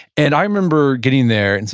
and i remember getting there. and